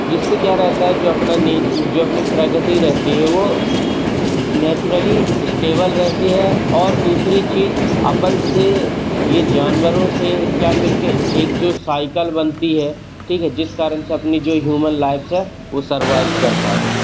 जिससे क्या रहता है जो अपना नींद जो अपनी प्रगति रहती है वो नेचरुली स्टेबल रहती है और दूसरी चीज़ अपन से ये जानवरों से क्या मिला कर एक जो साइकिल बनती है ठीक है जिस कारण से अपनी जो ह्यूमन लाइफस है वो सरवाइव कर पा रही